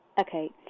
Okay